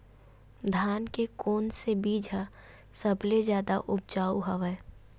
धान के कोन से बीज ह सबले जादा ऊपजाऊ हवय?